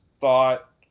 thought